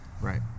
Right